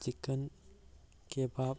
chicken kebab